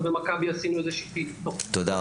אנחנו במכבי עשינו איזושהי --- תודה,